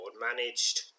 Managed